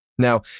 Now